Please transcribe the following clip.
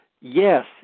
Yes